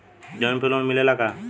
जमीन पर लोन मिलेला का?